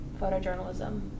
photojournalism